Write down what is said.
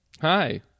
Hi